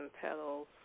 petals